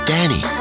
Danny